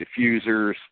diffusers